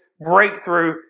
breakthrough